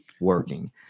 working